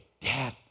Dad